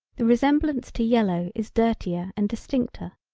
the resemblance to yellow is dirtier and distincter.